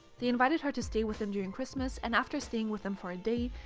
they invited her to stay with them during christmas, and after staying with them for a day,